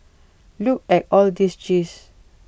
look at all these cheese